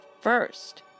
first